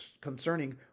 concerning